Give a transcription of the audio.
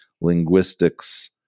linguistics